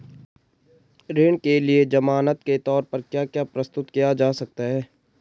ऋण के लिए ज़मानात के तोर पर क्या क्या प्रस्तुत किया जा सकता है?